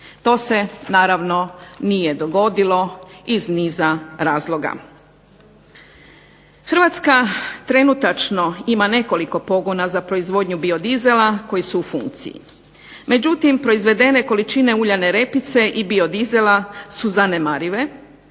To se naravno nije dogodilo iz niza razloga. Hrvatska trenutačno ima nekoliko pogona za proizvodnju biodizela koji su u funkciji. Međutim, proizvedene količine uljane repice i biodizela su zanemarive,